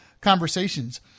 conversations